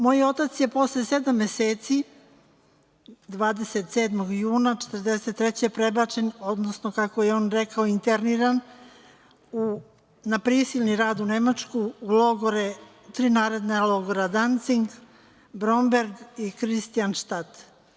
Moj otac je posle sedam meseci, 27. juna 1943. godine prebačen, odnosno kako je on rekao interniran, na prisilni rad u Nemačku u logore, tri naredna logora: „Dancing“, „Bromberg“ i „Kristijan štat“